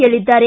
ಹೇಳಿದ್ದಾರೆ